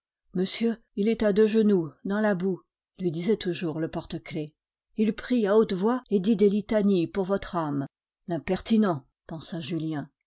monsieur il est à deux genoux dans la boue lui disait toujours le porte-clefs il prie à haute voix et dit des litanies pour votre âme l'impertinent pensa julien